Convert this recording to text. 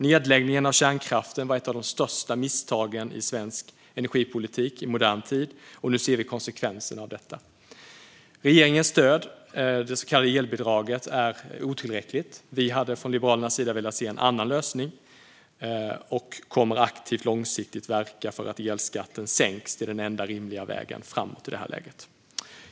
Nedläggningen av kärnkraften är ett av de största misstagen i svensk energipolitik i modern tid, och nu ser vi konsekvensen av detta. Regeringens stöd, det så kallade elbidraget, är otillräckligt. Vi hade från Liberalernas sida velat se en annan lösning. Vi kommer aktivt och långsiktigt att verka för att elskatten ska sänkas. Det är den enda rimliga vägen framåt i detta läge.